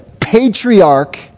patriarch